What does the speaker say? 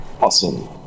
Awesome